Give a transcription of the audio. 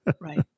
Right